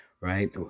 right